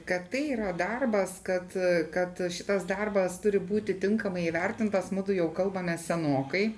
kad tai yra darbas kad kad šitas darbas turi būti tinkamai įvertintas mudu jau kalbame senokai